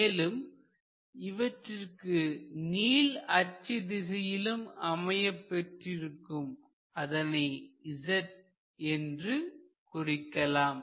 மேலும் இவற்றிற்கு நீள் அச்சு திசையும் அமையப்பெற்றிருக்கும் அதனை z என்று குறிக்கலாம்